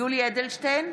יולי יואל אדלשטיין,